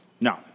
No